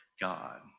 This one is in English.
God